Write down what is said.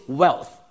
wealth